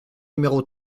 numéro